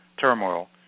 turmoil